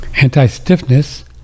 anti-stiffness